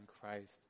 Christ